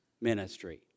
ministry